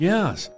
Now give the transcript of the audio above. Yes